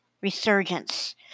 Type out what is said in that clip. resurgence